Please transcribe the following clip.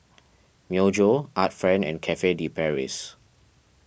Myojo Art Friend and Cafe De Paris